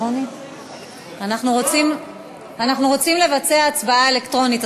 אנחנו רוצים לבצע הצבעה אלקטרונית,